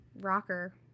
rocker